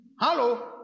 Hello